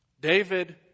David